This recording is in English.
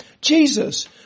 Jesus